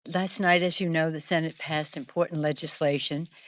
last night, as you know, the senate passed important legislation.